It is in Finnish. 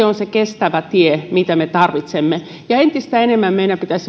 on se kestävä tie mitä me tarvitsemme entistä enemmän meidän pitäisi